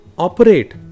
operate